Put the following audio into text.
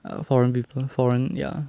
err foreign people foreign ya